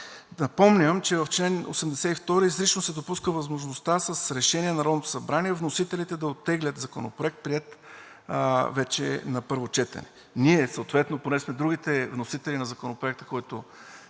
Напомням, че в чл. 82 изрично се допуска възможността с решение на Народното събрание вносителите да оттеглят законопроект, приет вече на първо четене. Ние съответно, понеже сме другите вносители на Законопроекта, който